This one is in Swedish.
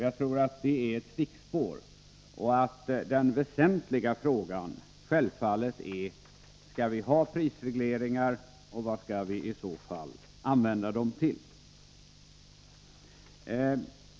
Jag tror att det är ett stickspår och att det väsentliga spörsmålet är: Skall vi ha prisregleringar och vad skall vi i så fall använda dem till?